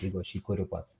jeigu aš jį kuriu pats